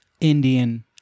Indian